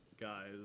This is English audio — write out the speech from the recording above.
Guys